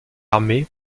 armés